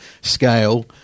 scale